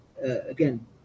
again